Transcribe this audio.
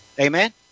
Amen